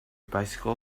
bycicle